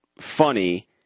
funny